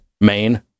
main